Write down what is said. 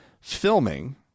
filming